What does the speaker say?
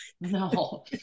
no